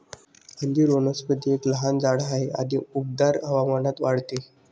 अंजीर वनस्पती एक लहान झाड आहे आणि उबदार हवामानात वाढते